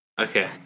Okay